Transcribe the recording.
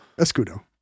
Escudo